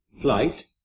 flight